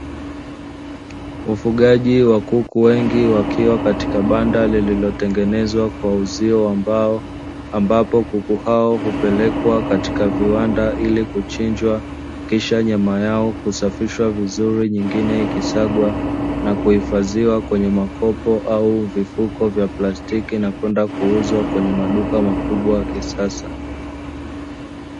Ufugaji wa kuku wengi, wakiwa katika banda lililotengenezwa kwa uzio wa mbao, ambapo kuku hao hupelekwa katika viwanda ili kuchinjwa, kisha nyama yao kusafishwa vizuri, nyingine ikisagwa na kuhifadhiwa kwenye makopo au vifuko vya plastiki, na kwenda kuuzwa kwenye maduka makubwa ya kisasa.